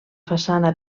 façana